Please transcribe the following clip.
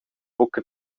buca